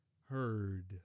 heard